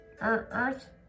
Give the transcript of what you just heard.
Earth